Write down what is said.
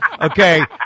Okay